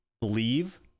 believe